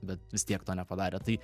bet vis tiek to nepadarė tai